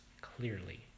clearly